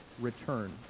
return